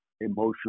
emotional